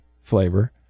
flavor